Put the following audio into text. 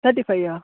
thirty ஃபையா